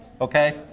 okay